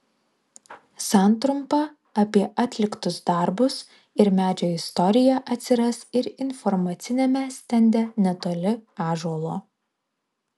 santrumpa apie atliktus darbus ir medžio istoriją atsiras ir informaciniame stende netoli ąžuolo